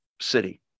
city